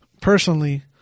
personally